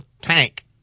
tank